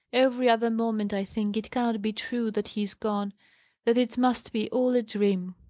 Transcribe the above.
every other moment i think it cannot be true that he is gone that it must be all a dream.